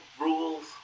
rules